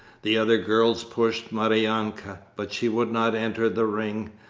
the other girls pushed maryanka, but she would not enter the ring.